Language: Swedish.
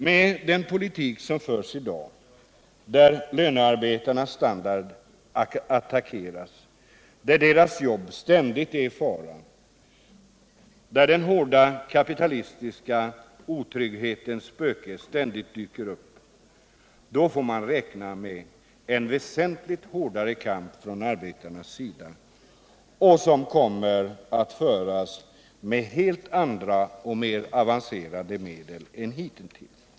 Med den politik som förs i dag, där lönarbetarnas standard attackeras, där deras jobb ständigt är i fara, där den hårda kapitalistiska otrygghetens spöke ständigt dyker upp, får man räkna med en väsentligt hårdare kamp från arbetarnas sida, vilken kommer att föras med helt andra och mer avancerade medel än hittills.